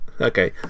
Okay